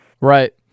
Right